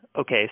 okay